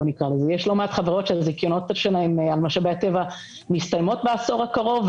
יש לא מעט חברות שהזיכיונות שלהם על משאבי הטבע מסתיימות בעשור הקרוב,